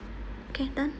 okay done